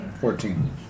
Fourteen